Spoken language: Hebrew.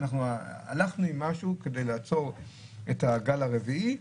שאנחנו הלכנו עם משהו כדי לעצור את הגל הרביעי.